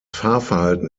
fahrverhalten